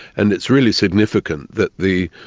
and it's really significant that the,